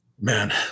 Man